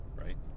right